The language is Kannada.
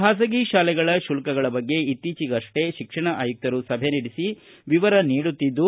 ಖಾಸಗಿ ಶಾಲೆಗಳ ಶುಲ್ಕಗಳ ಬಗ್ಗೆ ಇತ್ತೀಚೆಗಷ್ಟೇ ಶಿಕ್ಷಣ ಆಯುಕ್ತರು ಸಭೆ ನಡೆಸಿ ವಿವರ ನೀಡುತ್ತಿದ್ದು